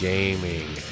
Gaming